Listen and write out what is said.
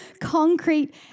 concrete